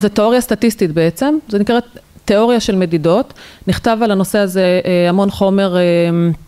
זה תיאוריה סטטיסטית בעצם, זה נקראת תיאוריה של מדידות, נכתב על הנושא הזה המון חומר